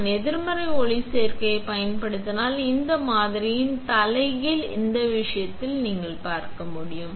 நான் எதிர்மறை ஒளிச்சேர்க்கையைப் பயன்படுத்தினால் இந்த மாதிரியின் தலைகீழ் இந்த விஷயத்தில் நீங்கள் பார்க்க முடியும்